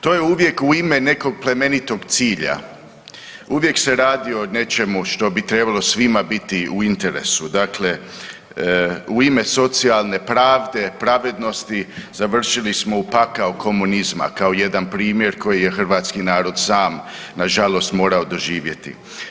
To je uvijek u ime nekog plemenitog cilja, uvijek se radi o nečemu što bi trebalo svima biti u interesu, dakle u ime socijalne pravde, pravednosti završili smo u pakao komunizma kao jedan primjer koji je hrvatski narod sam nažalost morao doživjeti.